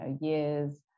years